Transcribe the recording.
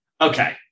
Okay